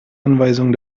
anweisungen